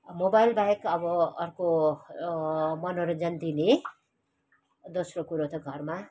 mobile बाहेक अर्को मनोरञ्जन दिने दोस्रो कुरा त घरमा